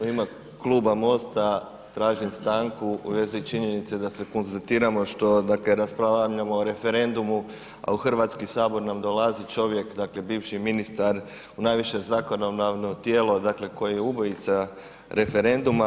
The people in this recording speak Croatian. U ime Kluba MOST-a tražim stanku u vezi činjenice da se konzultiramo što, dakle raspravljamo o referendumu, a u Hrvatski sabor nam dolazi čovjek, dakle bivši ministar u najviše zakonodavno tijelo dakle koji je ubojica referenduma.